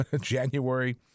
January